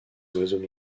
oiseaux